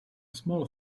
small